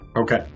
Okay